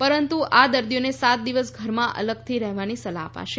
પરંતુ આ દર્દીઓને સાત દિવસ ઘરમાં અલગથી રહેવાની સલાહ અપાશે